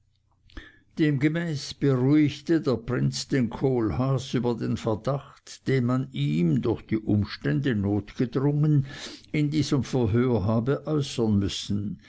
demgemäß beruhigte der prinz den kohlhaas über den verdacht den man ihm durch die umstände notgedrungen in diesem verhör habe äußern müssen